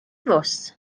fws